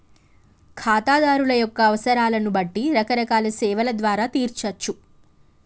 ఖాతాదారుల యొక్క అవసరాలను బట్టి రకరకాల సేవల ద్వారా తీర్చచ్చు